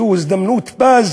זו הזדמנות פז